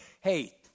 hey